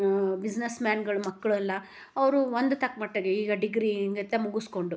ಬಿಸ್ನೆಸ್ಮ್ಯಾನ್ಗಳ ಮಕ್ಕಳೆಲ್ಲ ಅವರು ಒಂದು ತಕ್ಕ ಮಟ್ಟಿಗೆ ಈಗ ಡಿಗ್ರಿ ಹಿಂಗೆ ಎತ್ತ ಮುಗಿಸ್ಕೊಂಡು